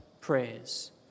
prayers